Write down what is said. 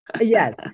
Yes